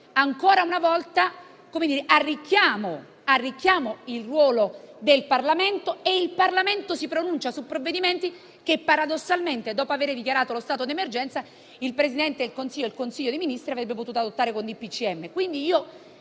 Ancora una volta, arricchiamo il ruolo del Parlamento: il Parlamento si pronuncia su provvedimenti che, dopo aver dichiarato lo stato d'emergenza, paradossalmente il Presidente del Consiglio dei ministri avrebbe potuto adottare con un